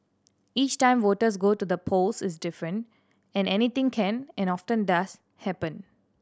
each time voters go to the polls is different and anything can and often does happen